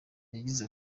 yagize